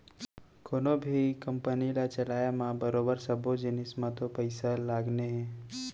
कोनों भी कंपनी ल चलाय म बरोबर सब्बो जिनिस म तो पइसा लगने हे